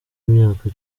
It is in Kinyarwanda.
myaka